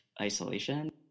isolation